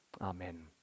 Amen